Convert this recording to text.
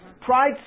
Pride